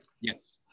Yes